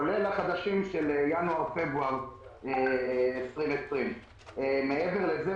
כולל החדשים של ינואר-פברואר 2020. מעבר לזה,